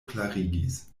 klarigis